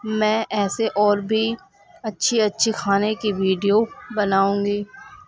میں ایسے اور بھی اچھی اچھی کھانے کی ویڈیو بناؤں گی